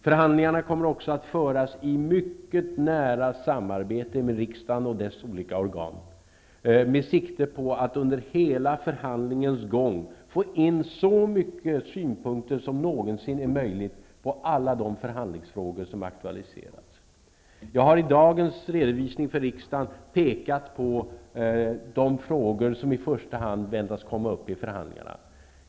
Förhandlingarna kommer också att föras i mycket nära samarbete med riksdagen och dess olika organ med sikte på att under förhandlingens gång få in så många synpunkter som någonsin är möjligt om alla de förhandlingsfrågor som aktualiseras. Jag har i dagens redovisning för riksdagen pekat på de frågor som i första hand förväntas komma upp vid förhandlingarna.